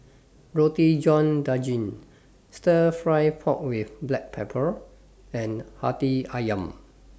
Roti John Daging Stir Fry Pork with Black Pepper and Hati Ayam